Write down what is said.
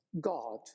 god